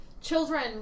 children